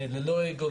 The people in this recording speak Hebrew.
ללא אגו,